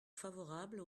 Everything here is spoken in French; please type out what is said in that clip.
favorable